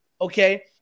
Okay